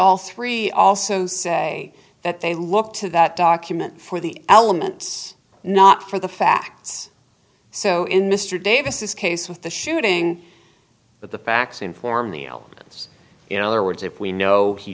all three also say that they look to that document for the elements not for the facts so in mr davis case with the shooting but the facts inform the elegance in other words if we know he